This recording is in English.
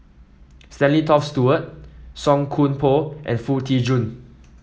Stanley Toft Stewart Song Koon Poh and Foo Tee Jun